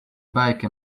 bike